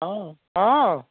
অঁ অঁ